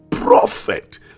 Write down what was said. prophet